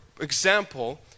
example